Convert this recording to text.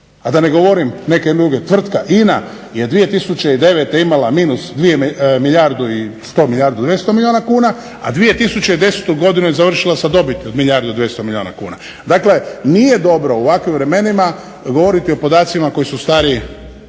A da ne govorim neke druge tvrtke. INA je 2009. imala minus milijardu i 100, milijardu i 200 milijuna kuna, a 2010. godinu je završila sa dobiti od milijardu i 200 milijuna kuna. Dakle, nije dobro u ovakvim vremenima govoriti o podacima koji su stari